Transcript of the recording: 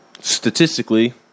statistically